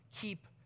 Keep